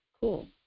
Cool